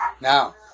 Now